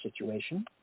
situation